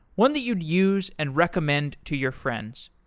one that you'd use and recommend to your friends.